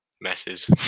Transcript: messes